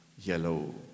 yellow